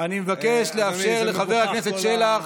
אני מבקש לאפשר לחבר הכנסת שלח